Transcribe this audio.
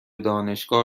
دانشگاه